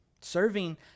Serving